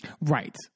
Right